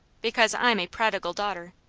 because i'm a prodigal daughter.